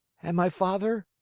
and my father?